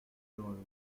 heureuse